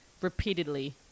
repeatedly